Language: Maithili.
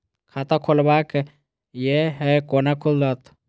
खाता खोलवाक यै है कोना खुलत?